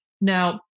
Now